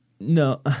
No